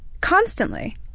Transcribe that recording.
constantly